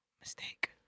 Mistake